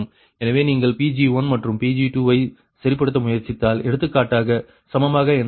எனவே நீங்கள் Pg1 மற்றும் Pg2 வை சரிப்படுத்த முயற்சித்தால் எடுத்துக்காட்டாக சமமாக என்றால்